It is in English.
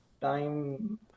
time